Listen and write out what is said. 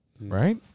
Right